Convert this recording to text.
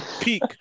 peak